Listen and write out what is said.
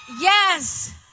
Yes